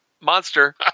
Monster